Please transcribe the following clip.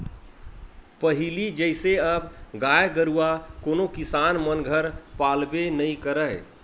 पहिली जइसे अब गाय गरुवा कोनो किसान मन घर पालबे नइ करय